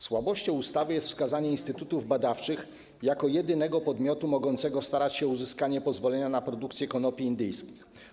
Słabością ustawy jest wskazanie instytutów badawczych jako jedynego podmiotu mogącego starać się o uzyskanie pozwolenia na produkcję konopi indyjskich.